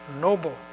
Noble